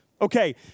Okay